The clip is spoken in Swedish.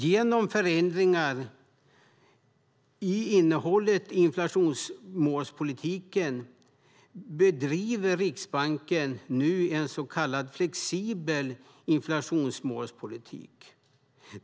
Genom förändringar i innehållet i inflationsmålspolitiken bedriver Riksbanken nu en så kallad flexibel inflationsmålspolitik.